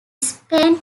spain